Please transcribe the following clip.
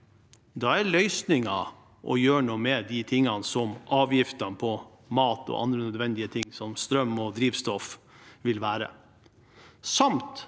Da er løsningen å gjøre noe med de tingene, som avgiftene på mat og andre nødvendige ting, som strøm og drivstoff, samt